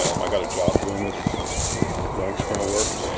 i got a job doing this linux kernel work.